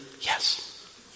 Yes